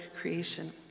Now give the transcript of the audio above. creation